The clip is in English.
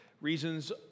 reasons